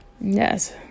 Yes